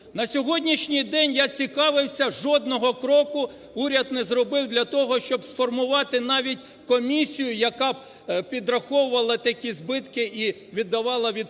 На сьогоднішній день, цікавився, жодного кроку уряд не зробив для того, щоб сформувати навіть комісію, яка б підраховувала такі збитки і віддавала відповідні